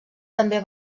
també